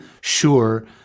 sure